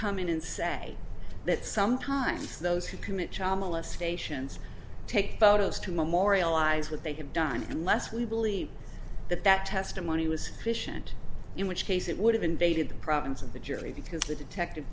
come in and say that sometimes those who commit child molestations take photos to memorialize what they have done unless we believe that that testimony was fissioned in which case it would have invaded the province of the jury because the detective